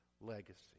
legacy